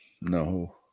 No